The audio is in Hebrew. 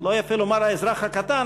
לא יפה לומר "האזרח הקטן",